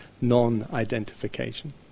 non-identification